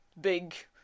big